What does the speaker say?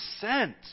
sent